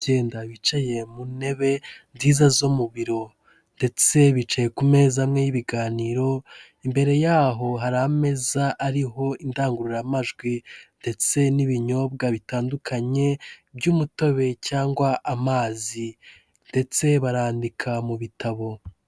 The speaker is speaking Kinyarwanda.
Abantu icyenda bicaye mu ntebe nziza zo mu biro ndetse bicaye ku meza amwe y'ibiganiro, imbere yaho hari ameza ariho indangururamajwi ndetse n'ibinyobwa bitandukanye by'umutobe cyangwa amazi ndetse barandika mu bitabo.